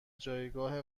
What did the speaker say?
جایگاه